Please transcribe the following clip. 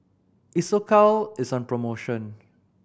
Isocal is on promotion